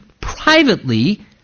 privately